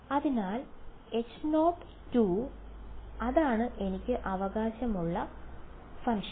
അതിനാൽ H0 അതാണ് എനിക്ക് അവകാശമുള്ള ഫംഗ്ഷൻ